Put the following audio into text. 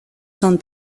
son